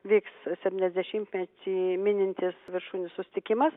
vyks septyniasdešimtmetį minintis viršūnių susitikimas